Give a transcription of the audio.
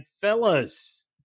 fellas